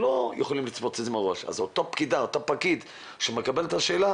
יכולים לצפותן מראש אז אותו פקיד שמקבל את השאלה